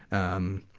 um,